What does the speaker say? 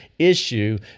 issue